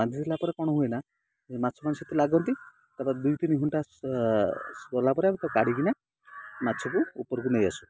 ବାନ୍ଧି ଦେଲା ପରେ କ'ଣ ହୁଏ ନା ମାଛମାନେ ସେତେ ଲାଗନ୍ତି ତାପରେ ଦୁଇ ତିନି ଘଣ୍ଟା ଗଲାପରେ ଆମେ ତାକୁ କାଢ଼ିକିନା ମାଛକୁ ଉପରକୁ ନେଇଆସୁ